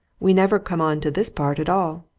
we never come on to this part at all.